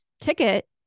ticket